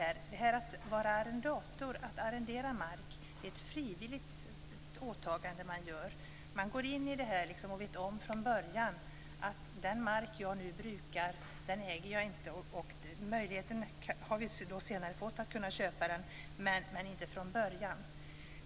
Att vara arrendator är ett frivilligt åtagande. Vi vet från början att vi inte äger den mark vi brukar. Senare har vi fått en möjlighet att köpa marken.